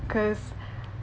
cause